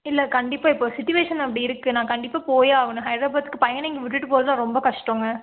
இல்லை கண்டிப்பாக இப்போது சுட்டிவேஷன் அப்படி இருக்குது நான் கண்டிப்பாக போயே ஆகணும் ஹைத்ராபாத்துக்கு பையனை இங்கே விட்டுவிட்டு போவது ரொம்ப கஷ்டம்ங்க